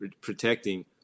protecting